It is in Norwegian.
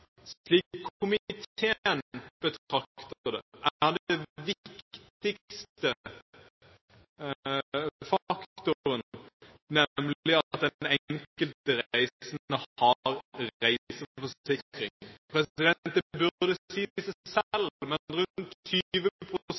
slik komiteen betrakter det, er den viktigste faktoren at den enkelte reisende har reiseforsikring. Det burde si seg selv, men rundt